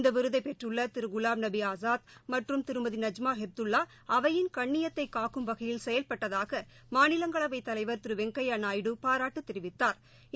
இந்த விருதை பெற்றுள்ள திரு குலாம் நபி ஆஸாத் மற்றும் திருமதி நஜ்மா ஹெப்துல்லா அவையின் கண்ணியத்தை காக்கும் வகையில் செயல்பட்டதாக மாநிலங்களவைத் தலைவா் திரு வெங்கையா நாயுடு பாராட்டு தெரிவித்தாா்